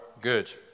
good